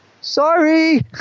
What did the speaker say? Sorry